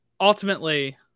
ultimately